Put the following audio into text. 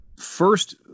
first